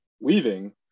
weaving